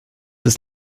ist